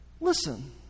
Listen